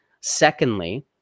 Secondly